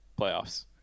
Playoffs